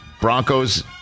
Broncos